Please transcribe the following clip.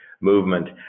movement